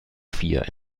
vier